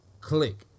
click